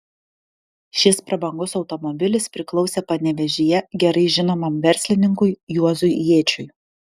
šis prabangus automobilis priklausė panevėžyje gerai žinomam verslininkui juozui jėčiui